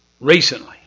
recently